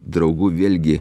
draugų vėlgi